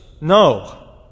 No